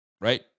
right